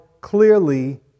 clearly